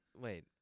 wait